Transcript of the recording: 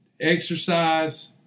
Exercise